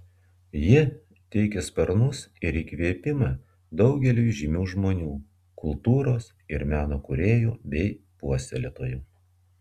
ji teikė sparnus ir įkvėpimą daugeliui žymių žmonių kultūros ir meno kūrėjų bei puoselėtojų